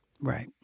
Right